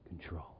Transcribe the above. control